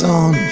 on